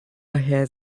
herr